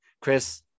Chris